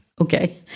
okay